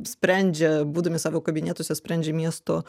sprendžia būdami savo kabinetuose sprendžia miesto